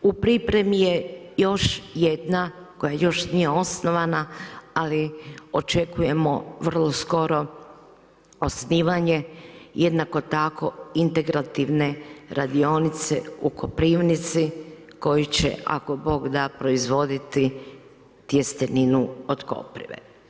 U pripremi je još jedna koja još nije osnovana ali očekujemo vrlo skoro osnivanje, jednako tako integrativne radionice u Koprivnici, koji će ako Bog da, proizvoditi tjesteninu od koprive.